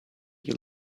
you